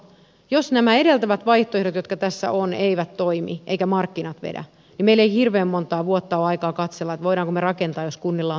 jos nämä edeltävät vaihtoehdot jotka tässä ovat eivät toimi eivätkä markkinat vedä niin meillä ei hirveän monta vuotta ole aikaa katsella että voimmeko me rakentaa jos kunnilla on tahtotilaa